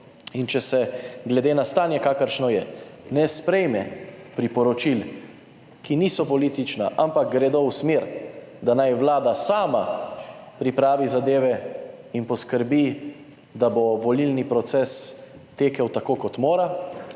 In če se, glede na stanje, kakršno je, ne sprejme priporočil, ki niso politična, ampak gredo v smer, da naj Vlada sama pripravi zadeve in poskrbi, da bo volilni proces tekel tako, kot mora,